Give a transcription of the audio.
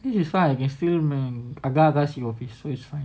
this is why I can still agar agar see your face so it is fine